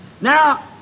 Now